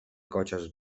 cotxes